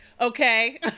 Okay